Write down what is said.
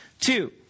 Two